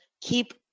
keep